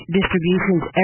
distributions